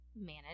manage